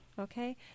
okay